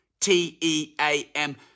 T-E-A-M